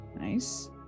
Nice